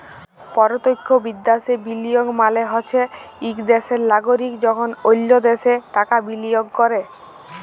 পরতখ্য বিদ্যাশে বিলিয়গ মালে হছে ইক দ্যাশের লাগরিক যখল অল্য দ্যাশে টাকা বিলিয়গ ক্যরে